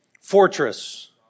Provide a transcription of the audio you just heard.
Fortress